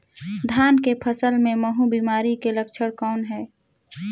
धान के फसल मे महू बिमारी के लक्षण कौन हे?